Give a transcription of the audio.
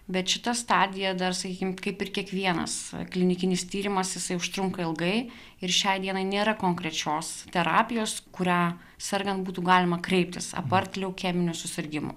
bet šita stadija dar sakykim kaip ir kiekvienas klinikinis tyrimas jisai užtrunka ilgai ir šiai dienai nėra konkrečios terapijos kurią sergant būtų galima kreiptis apart leukeminių susirgimų